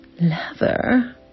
Lover